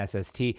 SST